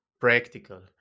practical